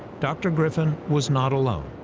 dr. griffin was not alone.